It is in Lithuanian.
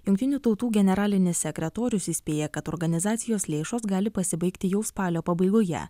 jungtinių tautų generalinis sekretorius įspėja kad organizacijos lėšos gali pasibaigti jau spalio pabaigoje